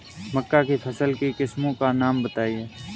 मक्का की फसल की किस्मों का नाम बताइये